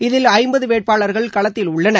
இதில் ஐம்பது வேட்பாளர்கள் களத்தில் உள்ளனர்